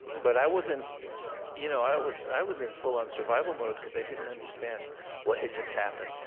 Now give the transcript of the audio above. but i wasn't you know i was i was in full-on survival mode, because i didn't understand what had just happened.